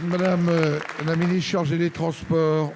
Mme la ministre chargée des transports.